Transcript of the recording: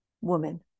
woman